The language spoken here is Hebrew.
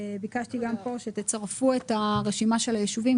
ביקשתי גם פה שתצרפו את רשימת היישובים,